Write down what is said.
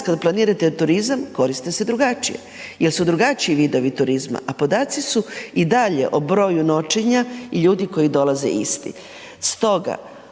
kada planirate turizam koriste su drugačije jer su drugačiji vidovi turizma, a podaci su i dalje o broju noćenja i ljudi koji dolaze isti.